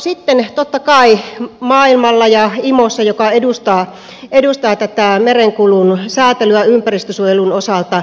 sitten totta kai maailmalla ja imossa joka edustaa tätä merenkulun säätelyä ympäristönsuojelun osalta